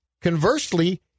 Conversely